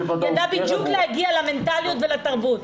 ידע בדיוק להגיע למנטליות ולתרבות.